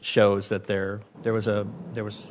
shows that there there was there was